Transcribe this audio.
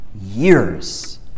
years